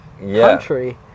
country